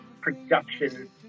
production